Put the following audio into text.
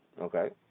Okay